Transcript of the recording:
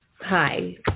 hi